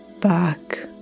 back